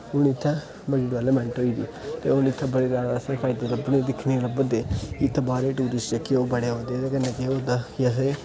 हुन इत्थै बड़ी डिप्लोमैट ओई दी ते हुन इत्थे बड़ी ज्यादा असेई दिक्खने गी लब्बा करदे बंदे की इत्थै बाह्रा दे टूरिस्ट जेह्के ओह् बड़े ज्यादा आंदे ते कन्नै के होंदा कि असें